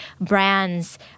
brands